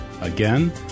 Again